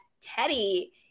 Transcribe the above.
Teddy